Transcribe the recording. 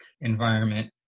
environment